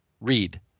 Read